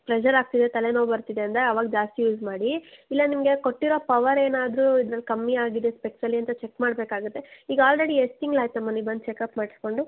pressure ಆಗ್ತಿದೆ ತಲೆನೋವು ಬರ್ತಿದೆ ಅಂದರೆ ಆವಾಗ ಜಾಸ್ತಿ ಯೂಸ್ ಮಾಡಿ ಇಲ್ಲ ನಿಮಗೆ ಕೊಟ್ಟಿರೋ ಪವರ್ ಏನಾದರೂ ಇದ್ರಲ್ಲಿ ಕಮ್ಮಿ ಆಗಿದೆ ಸ್ಪೆಕ್ಸಲ್ಲಿ ಅಂತ ಚೆಕ್ ಮಾಡಬೇಕಾಗತ್ತೆ ಈಗ ಆಲ್ರೆಡಿ ಎಷ್ಟು ತಿಂಗಳಾಯ್ತಮ್ಮ ನೀವು ಬಂದು ಚೆಕಪ್ ಮಾಡಿಸ್ಕೊಂಡು